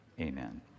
amen